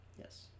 Yes